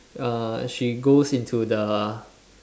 uh she goes into the